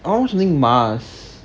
I watch only mass